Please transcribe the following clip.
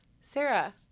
Sarah